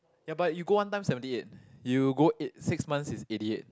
ya but you go one time seventy eight you go eight six months is eighty eighty